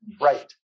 Right